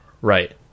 Right